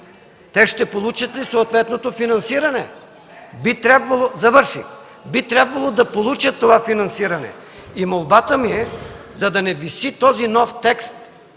те ще получат ли съответното финансиране? Би трябвало да получат това финансиране и молбата ми е, за да не виси този нов текст,